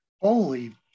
Holy